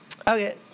Okay